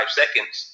seconds